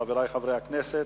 חברי חברי הכנסת,